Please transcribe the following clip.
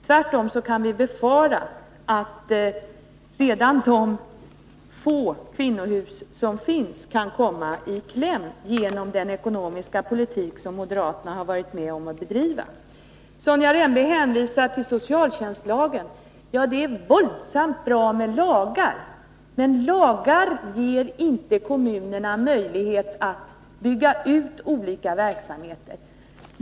Tvärtom kan vi befara att redan de få kvinnohus som finns kan komma i kläm genom den ekonomiska politik som moderaterna har varit med om att bedriva. Sonja Rembo hänvisar till socialtjänstlagen. Det är våldsamt bra med lagar, men lagar ger inte kommunerna några möjligheter att bygga ut olika verksamheter.